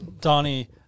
Donnie